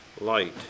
Light